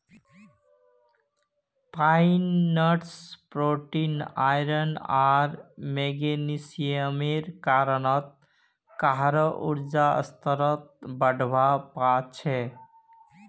pine nuts protein, iron आर मैग्नीशियमेर कारण काहरो ऊर्जा स्तरक बढ़वा पा छे